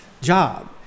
job